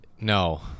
no